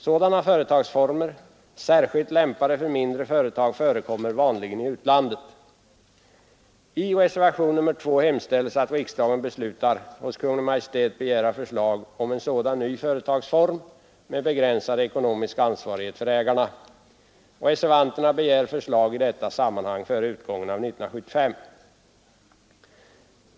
Sådana företagsformer, särskilt lämpade för mindre företag, förekommer vanligen i utlandet. I reservationen 2 hemställes att riksdagen beslutar att hos Kungl. Maj:t begära förslag om en sådan ny företagsform med begränsad ekonomisk ansvarighet för ägarna. Reservanterna begär förslag i detta sammanhang före utgången av 1975.